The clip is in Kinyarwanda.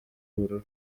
bururu